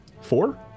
Four